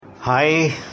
Hi